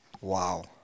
Wow